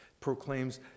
proclaims